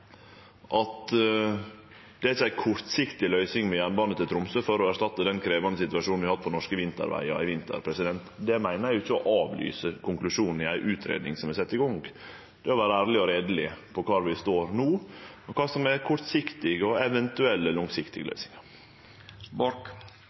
at det ikkje er ei kortsiktig løysing med jernbane til Tromsø for å erstatte den krevjande situasjonen vi har hatt på norske vintervegar i vinter. Det meiner eg ikkje er å avlyse konklusjonen i ei utgreiing som er sett i gang, det er å vere ærleg og reieleg om kvar vi står no, og kva som er kortsiktige og eventuelle langsiktige